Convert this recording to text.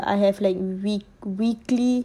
ya I have like week weekly